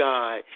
God